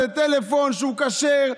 זה טלפון שהוא כשר,